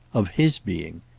of his being.